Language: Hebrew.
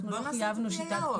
אנחנו לא חייבנו שיטת קידוד.